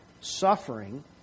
suffering